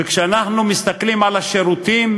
וכשאנחנו מסתכלים על השירותים,